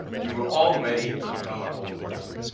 we were all ready to become our own person.